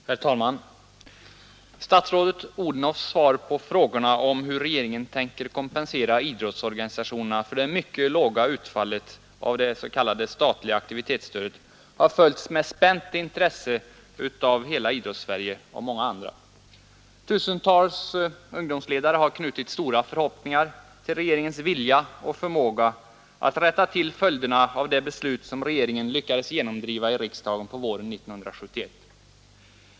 Herr talman! Statsrådet Odhnoffs svar på frågorna om hur regeringen tänker kompensera idrottsorganisationerna för det mycket låga utfallet av det s.k. statliga aktivitetsstödet har föjts med spänt intresse av hela Idrottssverige och många andra. Tusentals ungdomsledare har knutit stora förhoppningar till regeringens vilja och förmåga att rätta till följderna av det beslut som regeringen lyckades genomdriva i riksdagen på våren 1971.